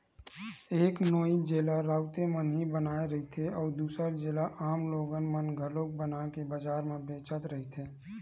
एक नोई जेला राउते मन ही बनाए रहिथे, अउ दूसर जेला आम लोगन मन घलोक बनाके बजार म बेचत रहिथे